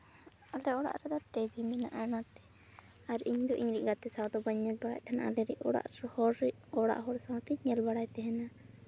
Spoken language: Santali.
ᱟᱞᱮ ᱚᱲᱟᱜ ᱨᱮᱫᱚ ᱴᱤᱵᱷᱤ ᱢᱮᱱᱟᱜᱼᱟ ᱚᱱᱟᱛᱮ ᱟᱨ ᱤᱧᱫᱚ ᱤᱧᱤᱡ ᱜᱟᱛᱮ ᱥᱟᱶ ᱫᱚ ᱵᱟᱹᱧ ᱧᱮᱞ ᱵᱟᱲᱟᱭᱮᱫ ᱛᱟᱦᱮᱱᱟ ᱚᱲᱟᱜ ᱦᱚᱲ ᱥᱟᱶᱛᱤᱧ ᱧᱮᱞ ᱵᱟᱲᱟᱭ ᱛᱟᱦᱮᱱᱟ